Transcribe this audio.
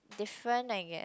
different I guess